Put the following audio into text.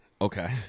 Okay